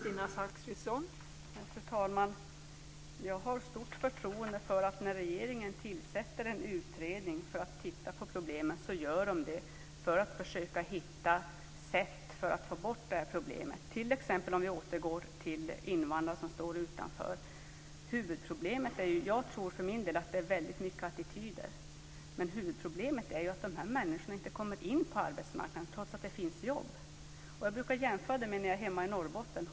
Fru talman! Jag har stort förtroende för att regeringen när man tillsätter en utredning för att titta på problemen gör det för att försöka hitta ett sätt att få bort problemen, t.ex. när det gäller invandrare som står utanför. Jag tror för min del att det handlar mycket om attityder. Men huvudproblemet är ju att de här människorna inte kommer in på arbetsmarknaden trots att det finns jobb. Jag brukar jämföra det med hur det är hemma i Norrbotten.